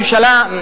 הממשלה,